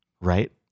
right